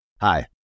Hi